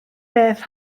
beth